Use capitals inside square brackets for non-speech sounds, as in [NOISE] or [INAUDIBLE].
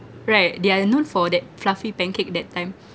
right they are known for that fluffy pancake that time [NOISE]